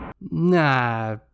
Nah